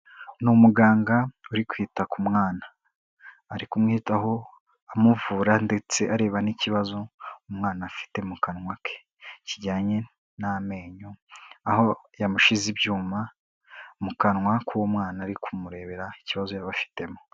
Ni umuganga uri kwita ku mwana, ari kumwitaho amuvura ndetse areba n'ikibazo umwana afite mu kanwa ke kijyanye n'amenyo, aho yamushize ibyuma mu kanwa k'umwana ari kumurebera ikibazo yaba afitemo.